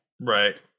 Right